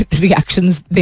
reactions